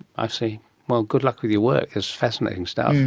i see. well, good luck with your work, it's fascinating stuff.